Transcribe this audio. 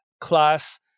class